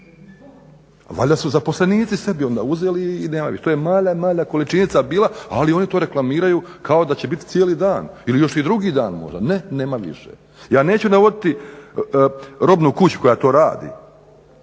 Valjda su zaposlenici sebi onda uzeli i nema više. To je mala, mala količinica bila, ali oni to reklamiraju kao da će biti cijeli dan ili još i drugi dan možda. Ne, nema više. Ja neću navoditi robnu kuću koja to radi,